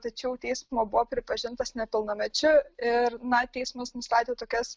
tačiau teismo buvo pripažintas nepilnamečiu ir na teismas nustatė tokias